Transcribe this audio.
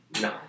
No